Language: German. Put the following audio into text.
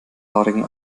haarigen